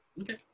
Okay